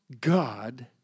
God